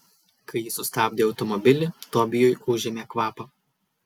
kai ji sustabdė automobilį tobijui užėmė kvapą